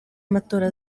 amatora